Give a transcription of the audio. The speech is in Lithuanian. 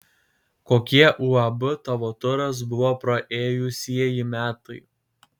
kokie uab tavo turas buvo praėjusieji metai